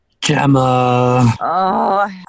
Gemma